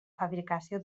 fabricació